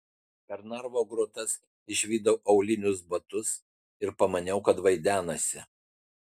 per narvo grotas išvydau aulinius batus ir pamaniau kad vaidenasi